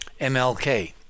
MLK